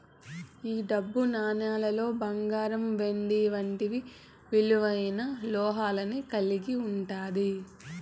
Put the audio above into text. ఈ డబ్బు నాణేలులో బంగారం వెండి వంటి విలువైన లోహాన్ని కలిగి ఉంటాది